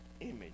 image